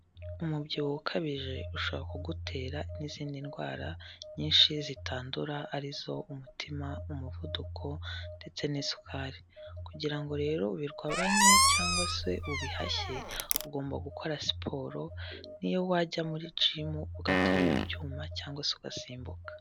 Umubyibuho ukabije ushobora kugutera n'izindi ndwara nyinshi zitandura ari zo, umutima, umuvuduko, ndetse n'isukari, kugira ngo rero ubigabanye cyangwa se ubihashye ugomba gukora siporo niyo wajya muri jimu ugaterura ibyuma cyangwa se ugasimbuka.